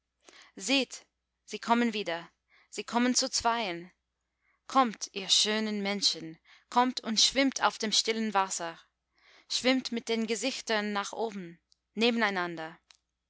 seht sie kommen wieder sie kommen zu zweien kommt ihr schönen menschen kommt und schwimmt auf dem stillen wasser schwimmt mit den gesichtern nach oben nebeneinander